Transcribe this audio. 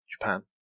Japan